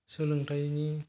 सोलोंथायनि